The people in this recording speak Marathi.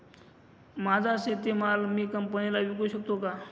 माझा शेतीमाल मी कंपनीला विकू शकतो का?